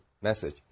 message